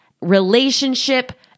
relationship